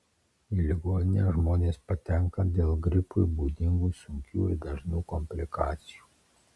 į ligoninę žmonės patenka dėl gripui būdingų sunkių ir dažnų komplikacijų